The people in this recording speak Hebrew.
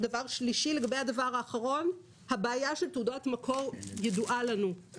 לגבי הנושא השלישי הבעיה של תעודת מקור ידועה לנו.